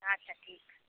अच्छा ठीक